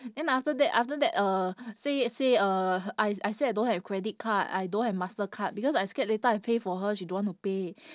then after that after that uh say say uh I I say I don't have credit card I don't have Mastercard because I scared later I pay for her she don't want to pay